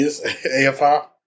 AFI